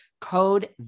code